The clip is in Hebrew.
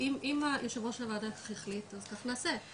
אם יושב-ראש הוועדה כך יחליט אנחנו נעשה,